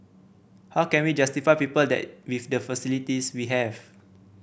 how can we justify people that with the facilities we have